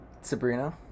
Sabrina